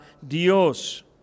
Dios